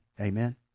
Amen